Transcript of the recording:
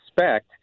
expect